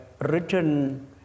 written